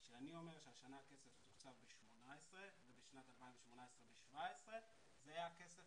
כשאני אומר שהשנה הכסף תוקצב ב-18 ובשנת 2018 ב-17 זה הכסף